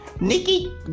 Nikki